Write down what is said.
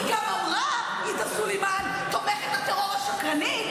היא גם אמרה, עאידה סלימאן, תומכת הטרור השקרנית,